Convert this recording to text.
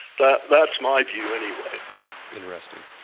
that's that's my view anyway interesting.